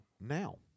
now